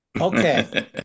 Okay